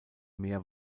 mehr